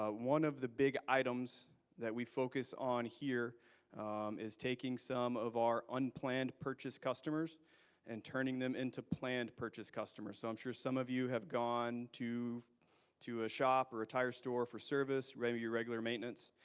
ah one of the big items that we focus on here is taking some of our unplanned purchase customers and turning them into planned purchase customers. so i'm sure some of you have gone to to a shop or a tire store for service, maybe your regular maintenance.